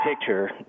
picture